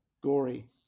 gory